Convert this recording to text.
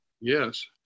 Yes